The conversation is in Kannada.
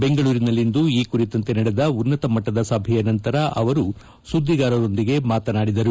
ಬೆಂಗಳೂರಿನಲ್ಲಿಂದು ಈ ಕುರಿತಂತೆ ನಡೆದ ಉನ್ನತ ಮಟ್ಲದ ಸಭೆಯ ನಂತರ ಅವರು ಸುದ್ಲಿಗಾರರೊಂದಿಗೆ ಮಾತನಾಡಿದರು